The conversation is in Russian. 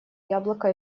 яблоко